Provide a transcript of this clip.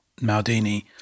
Maldini